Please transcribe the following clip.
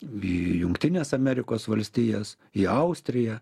į jungtines amerikos valstijas į austriją